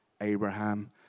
Abraham